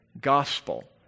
gospel